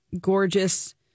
gorgeous